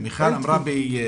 מיכל אמרה שבאיטליה.